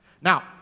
Now